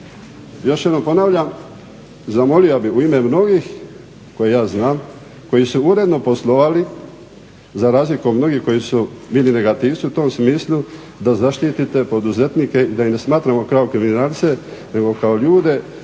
Još jednom ponavljam, zamolio bih u ime mnogih koje ja znam, koji su uredno poslovali za razliku od mnogi koji su bili negativci u tom smislu, da zaštitite poduzetnike i da ih ne smatramo kao kriminalce nego kao ljude